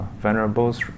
venerables